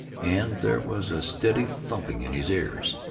and there was a steady thumping in his ears.